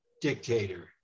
dictator